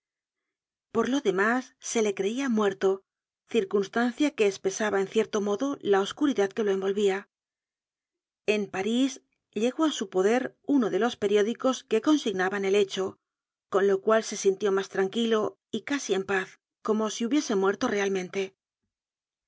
por lo demás se le creia muerto circunstancia que espesaba en cierto modo la oscuridad que lo envolvía en parís llegó á su poder uno de los periódicos que consignaban el hecho con lo cual se sintió mas tranquilo y casi en paz como si hubiese muerto realmente